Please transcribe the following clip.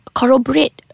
corroborate